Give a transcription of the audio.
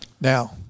Now